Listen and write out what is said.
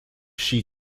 she